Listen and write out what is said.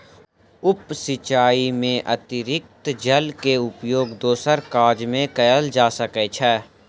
उप सिचाई में अतरिक्त जल के उपयोग दोसर काज में कयल जा सकै छै